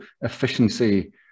efficiency